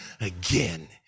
again